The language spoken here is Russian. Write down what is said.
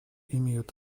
имеют